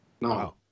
No